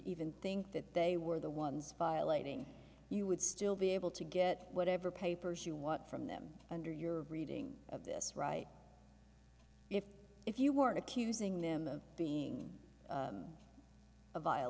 even think that they were the ones violating you would still be able to get whatever papers you want from them under your reading of this right if if you were accusing them of being a vi